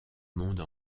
monde